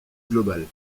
globale